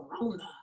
corona